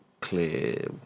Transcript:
clear